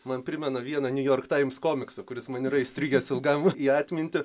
man primena vieną niujork taims komiksą kuris man yra įstrigęs ilgam į atmintį